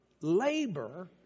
Labor